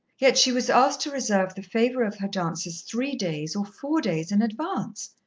yet she was asked to reserve the favour of her dances three days or four days in advance,